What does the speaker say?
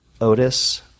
Otis